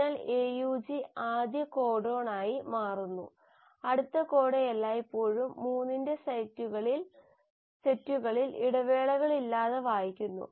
അതിനാൽ AUG ആദ്യ കോഡായി മാറുന്നു അടുത്ത കോഡ് എല്ലായ്പ്പോഴും 3 ന്റെ സെറ്റുകളിൽ ഇടവേളകളില്ലാതെ വായിക്കുന്നു